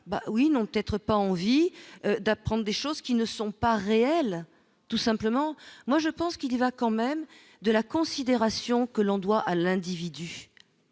oui, non, peut-être pas envie de prendre des choses qui ne sont pas réels, tout simplement, moi je pense qu'il va quand même de la considération que l'on doit à l'individu